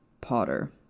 Potter